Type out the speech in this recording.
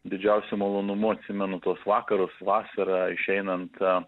didžiausiu malonumu atsimenu tuos vakarus vasarą išeinant